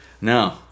No